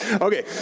Okay